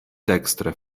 dekstre